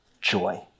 joy